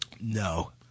No